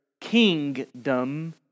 kingdom